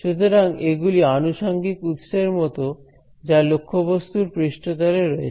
সুতরাং এগুলি আনুষঙ্গিক উৎসের মত যা লক্ষ্যবস্তুর পৃষ্ঠতল এ রয়েছে